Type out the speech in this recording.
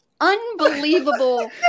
unbelievable